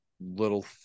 little